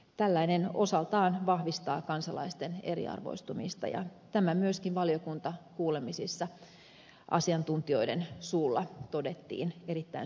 tällainen osaltaan vahvistaa kansalaisten eriarvoistumista ja tämä myöskin valiokuntakuulemisissa asiantuntijoiden suulla todettiin erittäin suureksi huoleksi